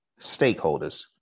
stakeholders